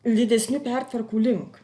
didesnių pertvarkų link